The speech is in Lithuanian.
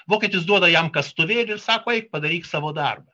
vokietis duoda jam kastuvėlį ir sako eik padaryk savo darbą